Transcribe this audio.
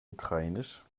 ukrainisch